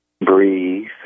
breathe